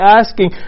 asking